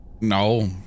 No